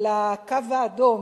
על הקו האדום,